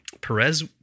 Perez